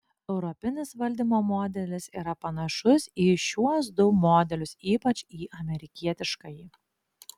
europinis valdymo modelis yra panašus į šiuos du modelius ypač į amerikietiškąjį